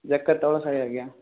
ଯେକେ ତଳ ସାହି ଆଜ୍ଞା